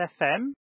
FM